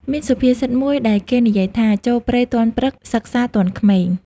មានសុភាសិតមួយដែលគេនិយាយថា ចូលព្រៃទាន់ព្រឹក សិក្សាទាន់ក្មេង ។